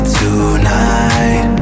tonight